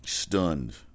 stunned